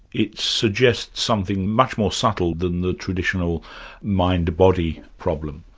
it suggests something much more subtle than the traditional mind-body problem.